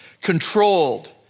Controlled